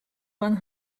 one